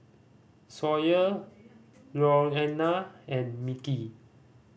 Sawyer Louanna and Mickie